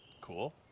cool